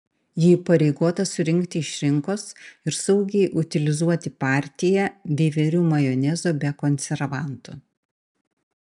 ji įpareigota surinkti iš rinkos ir saugiai utilizuoti partiją veiverių majonezo be konservantų